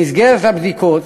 במסגרת הבקשה